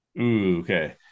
Okay